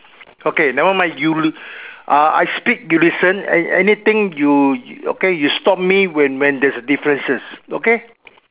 okay never mind you uh I speak you listen an~ anything you okay you stop me when when there's a differences okay